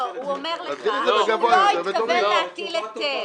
לא, הוא אומר לך שהוא לא התכוון להטיל היטל.